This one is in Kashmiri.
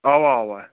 اَوا اَوا